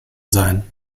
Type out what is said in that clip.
sein